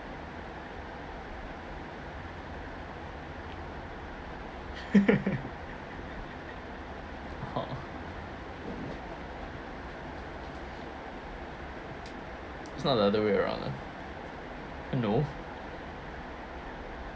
it's not the other way round ah no